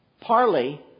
Parley